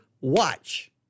watch